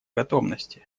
готовности